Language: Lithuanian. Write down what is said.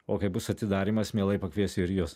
o kai bus atidarymas mielai pakviesiu ir jus